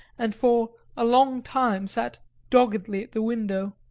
and for a long time sat doggedly at the window.